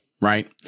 right